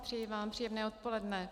Přeji vám příjemné odpoledne.